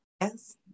yes